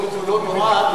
ושינויים,